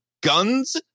Guns